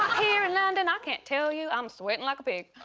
here in london, i can't tell you, i'm sweating like a pig.